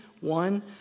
One